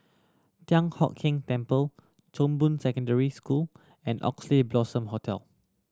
Thian Hock Keng Temple Chong Boon Secondary School and Oxley Blossom Hotel